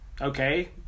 okay